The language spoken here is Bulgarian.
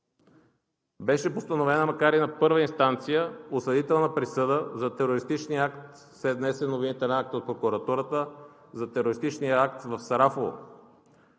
Беше постановена, макар и на първа инстанция, осъдителна присъда след внесен обвинителен акт от прокуратурата за терористичния акт в Сарафово,